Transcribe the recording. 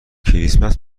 کریسمس